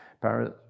Paris